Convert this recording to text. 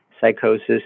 psychosis